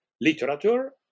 literature